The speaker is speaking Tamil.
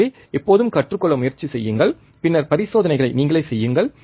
எனவே எப்போதும் கற்றுக்கொள்ள முயற்சி செய்யுங்கள் பின்னர் பரிசோதனைகளை நீங்களே செய்யுங்கள்